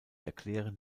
erklären